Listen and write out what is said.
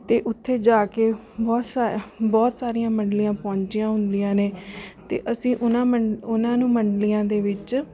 ਅਤੇ ਉੱਥੇ ਜਾ ਕੇ ਬਹੁਤ ਸਾਰਾ ਬਹੁਤ ਸਾਰੀਆਂ ਮੰਡਲੀਆਂ ਪਹੁੰਚੀਆਂ ਹੁੰਦੀਆਂ ਨੇ ਅਤੇ ਅਸੀਂ ਉਹਨਾਂ ਮੰਡ ਉਹਨਾਂ ਨੂੰ ਮੰਡਲੀਆਂ ਦੇ ਵਿੱਚ